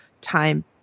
time